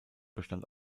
bestand